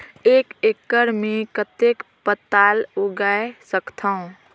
एक एकड़ मे कतेक पताल उगाय सकथव?